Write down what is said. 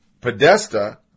Podesta